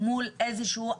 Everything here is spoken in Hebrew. נכון,